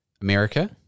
America